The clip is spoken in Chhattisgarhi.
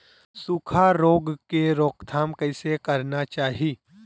सुखा रोग के रोकथाम कइसे करना चाही?